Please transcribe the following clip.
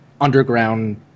underground